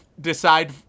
decide